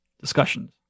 discussions